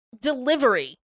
delivery